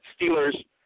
Steelers